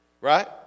Right